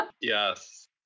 Yes